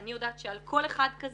אני יודעת שעל כל אחד כזה,